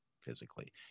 physically